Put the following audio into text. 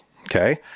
Okay